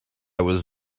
was